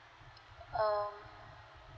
um